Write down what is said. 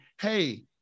Hey